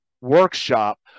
Workshop